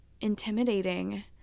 intimidating